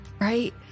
Right